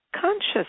conscious